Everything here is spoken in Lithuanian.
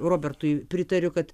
robertui pritariu kad